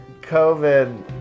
covid